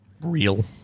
real